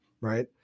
right